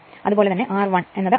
അതുപോലെ തന്നെ r 1r2 0